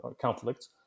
conflicts